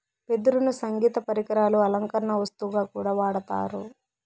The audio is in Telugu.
వెదురును సంగీత పరికరాలు, అలంకరణ వస్తువుగా కూడా వాడతారు